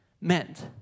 meant